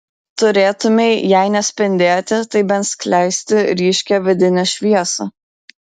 turėtumei jei ne spindėti tai bent skleisti ryškią vidinę šviesą